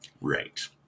Right